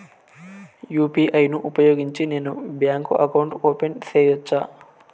UPI ను ఉపయోగించి నేను బ్యాంకు అకౌంట్ ఓపెన్ సేయొచ్చా?